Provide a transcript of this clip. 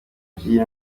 by’iyi